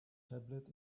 tablet